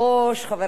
אדוני השר,